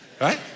right